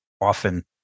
often